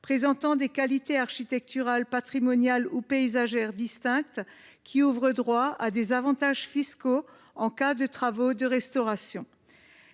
présentant des qualités architecturales, patrimoniales ou paysagères distinctes, qui ouvrent droit à des avantages fiscaux lorsque des travaux de restauration